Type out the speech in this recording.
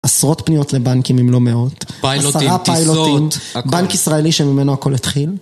עשרות פניות לבנקים עם לא מאות, עשרה פיילוטים, בנק ישראלי שממנו הכל התחיל.